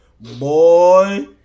Boy